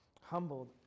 humbled